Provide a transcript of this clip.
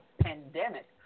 pandemic